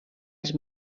els